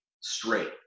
straight